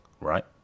Right